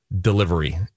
delivery